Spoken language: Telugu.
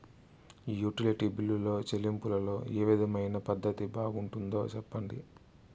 యుటిలిటీ బిల్లులో చెల్లింపులో ఏ విధమైన పద్దతి బాగుంటుందో సెప్పండి?